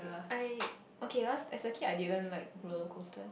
I okay last as a kid I didn't like roller coasters